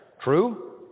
True